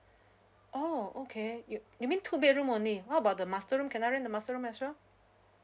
oh okay you you mean two bedroom only how about the master room can I rent the master room as well